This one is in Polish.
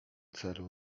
celu